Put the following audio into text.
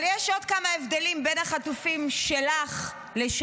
אבל יש עוד כמה הבדלים בין החטופים שלך לשלנו.